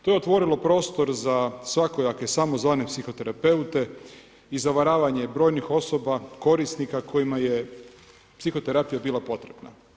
To je otvorilo prostor za svakojake samozvane psihoterapeute i zavaravanje brojnih osoba, korisnika, kojima je psihoterapija bila potrebna.